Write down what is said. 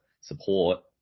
support